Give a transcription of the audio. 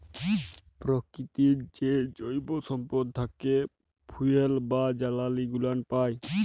পরকিতির যে জৈব সম্পদ থ্যাকে ফুয়েল বা জালালী গুলান পাই